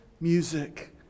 music